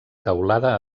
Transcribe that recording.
teulada